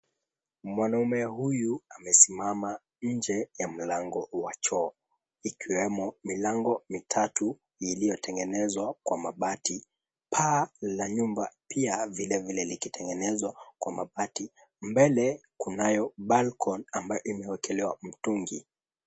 Mwanaume huyu amesimama nje ya mlango wa mlango wa choo. Ikiwemo milango mitatu iliyotengenezwa kwa mabati. Paa la nyumba pia vile vile likitengenezwa kwa mabati. Mbele kunayo balkon ambayo imewekelewa mtungi.